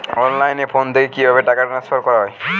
অনলাইনে ফোন থেকে কিভাবে টাকা ট্রান্সফার করা হয়?